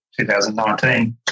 2019